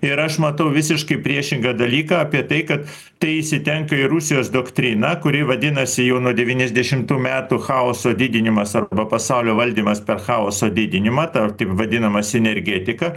ir aš matau visiškai priešingą dalyką apie tai kad tai įsitenka į rusijos doktriną kuri vadinasi jau nuo devyniasdešimtų metų chaoso didinimas arba pasaulio valdymas per chaoso didinimą ta taip vadinama sinergetika